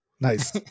Nice